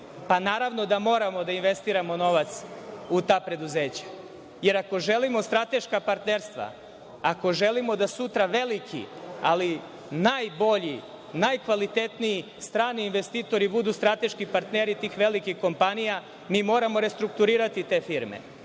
pa, naravno da moramo da investiramo novac u ta preduzeća, jer ako želimo strateška partnerstva, ako želimo da sutra veliki, ali najbolji, najkvalitetniji strani investitori budu strateški partneri tih velikih kompanija, mi moramo restrukturirati te firme.